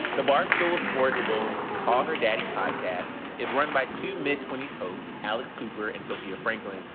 the barstool sports-owned call her daddy podcast is run by two mid-twenties hosts, alex cooper and sofia franklyn,